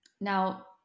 Now